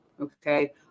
okay